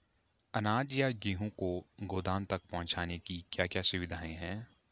अनाज या गेहूँ को गोदाम तक पहुंचाने की क्या क्या सुविधा है?